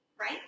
Right